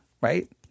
right